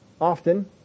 often